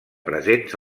presents